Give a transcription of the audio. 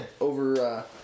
over